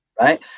right